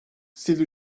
sivil